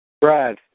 Brad